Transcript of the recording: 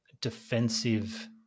defensive